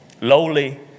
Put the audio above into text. Lowly